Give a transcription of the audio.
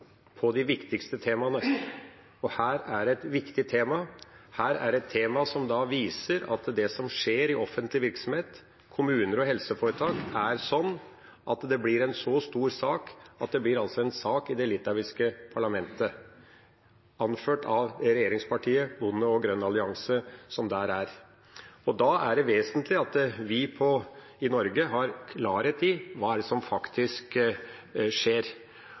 på de viktigste temaene. Her er det et viktig tema. Her er et tema som viser at det som skjer i offentlig virksomhet, kommuner og helseforetak, er en så stor sak at den kommer til det litauiske parlamentet, anført av regjeringspartiet, alliansen av bønder og de grønne. Da er det vesentlig at vi i Norge har klarhet i hva det er som faktisk skjer.